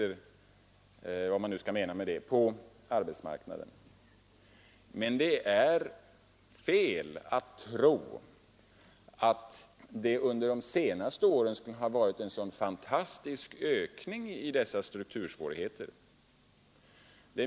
Ja, det finns struktursvårigheter på arbetsmarknaden, men det är fel att tro att det under de senaste åren har förekommit en så fantastisk ökning av dessa struktursvårigheter.